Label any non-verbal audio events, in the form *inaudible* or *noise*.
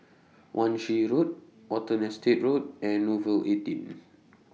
Wan Shih Road Watten Estate Road and Nouvel eighteen *noise*